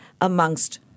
amongst